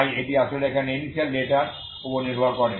তাই এটি আসলে এখানে ইনিশিয়াল ডেটার উপর নির্ভর করে